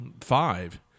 five